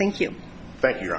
thank you thank you